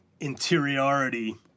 interiority